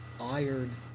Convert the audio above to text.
iron